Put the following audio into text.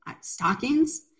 stockings